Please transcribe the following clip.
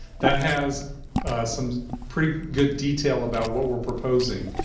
that has some pretty good detail about what we're proposing.